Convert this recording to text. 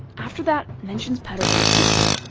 after that, mentions patter out of history.